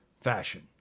fashion